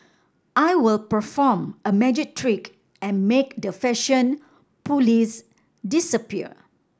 I will perform a magic trick and make the fashion police disappear